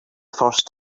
first